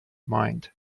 mind